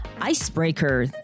Icebreaker